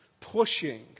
pushing